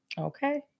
Okay